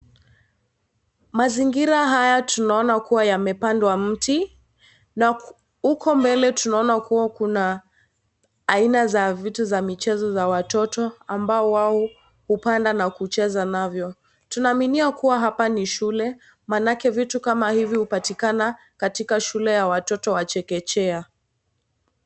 Mazingira haya tunaona kuwa yamepandwa mti. Na uko mbele tunaona kuwa kuna aina za vitu za michezo za watoto ambao wao kupanda na kucheza navyo. Tunaaminia kuwa hapa ni shule maanake vitu kama hivi hupatikana katika shule ya watoto wa chekechea.